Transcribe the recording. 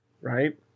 right